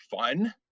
fun